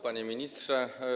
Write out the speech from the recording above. Panie Ministrze!